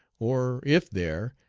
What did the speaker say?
or, if there,